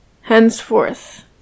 Henceforth